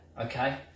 okay